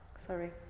Sorry